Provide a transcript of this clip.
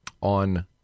on